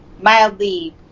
mildly